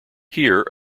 here